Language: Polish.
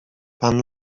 pan